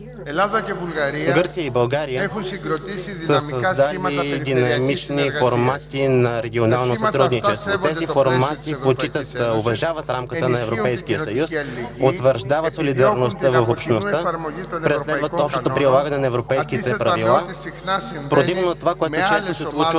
Гърция и България са създали динамични формати на регионално сътрудничество. Тези формати почитат, уважават рамката на Европейския съюз, утвърждават солидарността в Общността, преследват общото прилагане на европейските правила, противно на това, което често се случва